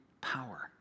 power